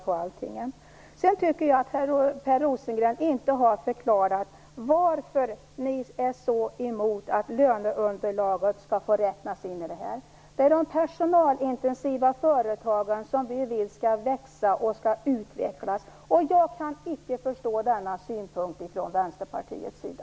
Jag tycker inte att Per Rosengren har förklarat varför Vänsterpartiet är så emot att löneunderlaget skall få räknas in i det här. Det är de personalintensiva företagen som vi vill skall växa och utvecklas, och jag kan icke förstå denna synpunkt från Vänsterpartiets sida.